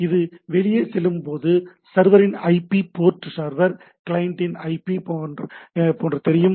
இது வெளியே செல்லும் போது சர்வரின் ஐபி போர்ட் சர்வர் கிளையண்டின் ஐபி என்று தெரியும்